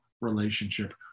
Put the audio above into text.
relationship